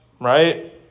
right